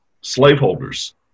slaveholders